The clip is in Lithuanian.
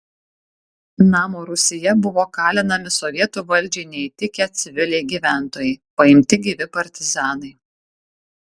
namo rūsyje buvo kalinami sovietų valdžiai neįtikę civiliai gyventojai paimti gyvi partizanai